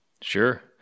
Sure